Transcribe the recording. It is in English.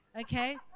Okay